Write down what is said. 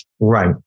right